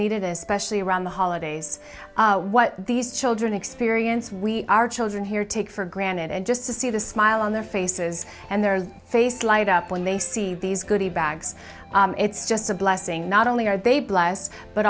needed especially around the holidays what these children experience we our children here take for granted and just to see the smile on their faces and their faces light up when they see these goody bags it's just a blessing not only are they blessed but